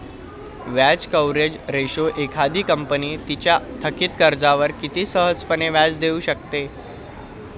व्याज coverage ratio एखादी company तिच्या थकित कर्जावर किती सहजपणे व्याज देऊ शकते